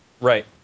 Right